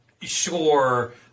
sure